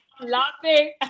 laughing